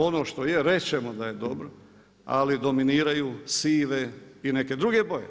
Ono što je reći ćemo da je dobro, ali dominiraju sive i neke druge boje.